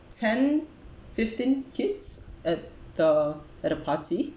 ten fifteen kids at the at the party